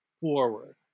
forward